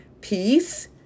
peace